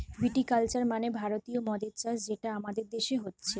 ভিটি culture মানে ভারতীয় মদের চাষ যেটা আমাদের দেশে হচ্ছে